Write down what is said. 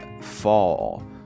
fall